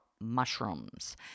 mushrooms